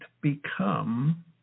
become